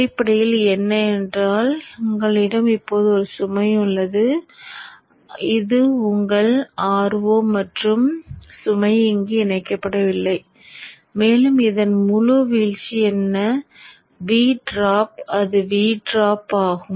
அடிப்படையில் என்ன என்றால் உங்களிடம் இப்போது ஒரு சுமை உள்ளது இது உங்கள் Ro மற்றும் சுமை இங்கு இணைக்கப்படவில்லை மேலும் இதன் முழு வீழ்ச்சி என்ன V டிராப் அது V டிராப் ஆகும்